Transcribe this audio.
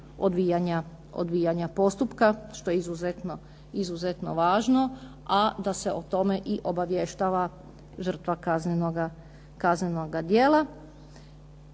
odvijanja postupka što je izuzetno važno, a da se o tome i obavještava žrtva kaznenoga djela.